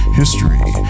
history